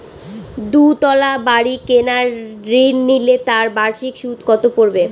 দুতলা বাড়ী কেনার ঋণ নিলে তার বার্ষিক সুদ কত পড়বে?